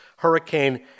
Hurricane